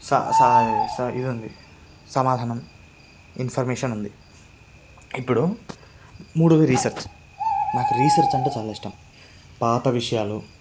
స స ఇది ఉంది సమాధానం ఇన్ఫర్మేషన్ ఉంది ఇప్పుడు మూడోది రీసర్చ్ నాకు రీసెర్చ్ అంటే చాలా ఇష్టం పాత విషయాలు